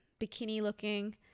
bikini-looking